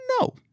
No